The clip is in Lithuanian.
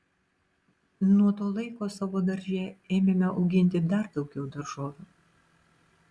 nuo to laiko savo darže ėmėme auginti dar daugiau daržovių